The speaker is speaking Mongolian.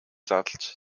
задалж